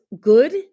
good